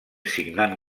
signant